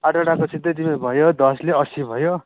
आठवटाको सिधै तिम्रो भयो दसले असी भयो